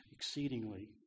exceedingly